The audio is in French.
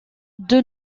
deux